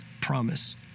promise